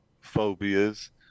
phobias